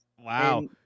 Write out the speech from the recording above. Wow